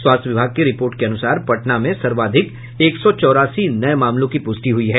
स्वास्थ्य विभाग की रिपोर्ट के अनुसार पटना में सर्वाधिक एक सौ चौरासी नये मामलों की प्रष्टि हुई है